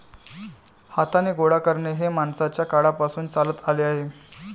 हाताने गोळा करणे हे माणसाच्या काळापासून चालत आले आहे